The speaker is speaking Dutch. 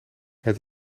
het